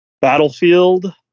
Battlefield